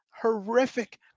Horrific